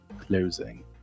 Closing